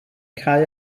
cau